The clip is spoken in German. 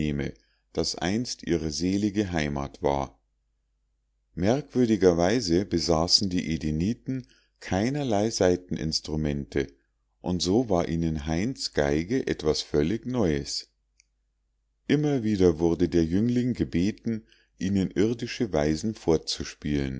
das einst ihre selige heimat war merkwürdigerweise besaßen die edeniten keinerlei saiteninstrumente und so war ihnen heinz geige etwas völlig neues immer wieder wurde der jüngling gebeten ihnen irdische weisen vorzuspielen